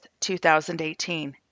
2018